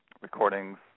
Recordings